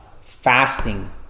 Fasting